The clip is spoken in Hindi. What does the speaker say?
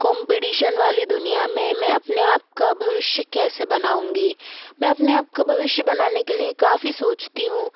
कॉम्पटीशन वाली दुनिया में मैं अपने आप का भविष्य कैसे बनाऊँगी मैं अपने आप का भविष्य बनाने के लिए काफ़ी सोचती हूँ